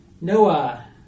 Noah